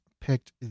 picked